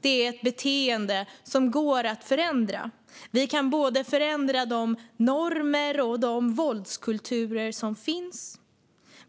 Det är ett beteende som går att förändra. Vi kan förändra både de normer och de våldskulturer som finns.